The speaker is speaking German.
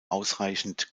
ausreichend